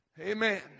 Amen